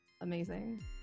amazing